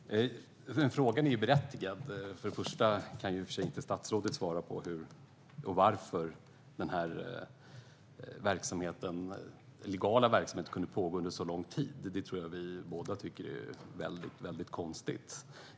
Herr talman! Frågan är berättigad. Först och främst kan i och för sig inte statsrådet svara på hur och varför den illegala verksamheten kunde pågå under så lång tid. Jag tror att vi båda tycker att det är väldigt konstigt.